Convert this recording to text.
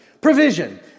Provision